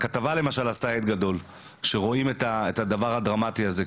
למשל הכתבה עשתה הד גדול כי רואים את הדבר הדרמטי הזה.